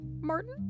Martin